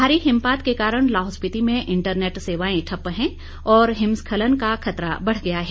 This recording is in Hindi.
भारी हिमपात के कारण लाहौल स्पीति में इंटरनेट सेवाएं ठप्प हैं और हिमस्खलन का खतरा बढ़ गया है